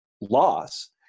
loss